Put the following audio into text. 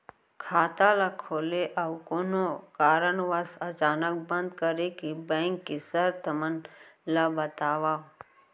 खाता ला खोले अऊ कोनो कारनवश अचानक बंद करे के, बैंक के शर्त मन ला बतावव